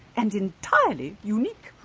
and entirely unique.